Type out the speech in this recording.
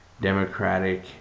democratic